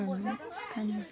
अनि अनि